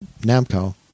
Namco